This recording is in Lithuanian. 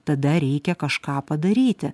tada reikia kažką padaryti